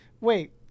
wait